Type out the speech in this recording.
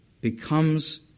becomes